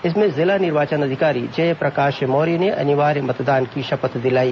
इसमें जिला निर्वाचन अधिकारी जयप्रकाश मौर्य ने अनिवार्य मतदान की शपथ दिलाई